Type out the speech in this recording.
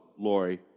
Lori